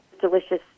delicious